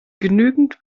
genügend